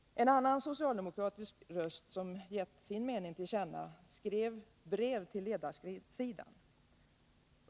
En annan socialdemokratisk röst som gett sin mening till känna skrev brev till en ledarsida.